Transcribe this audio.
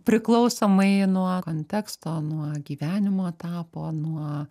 priklausomai nuo konteksto nuo gyvenimo etapo nuo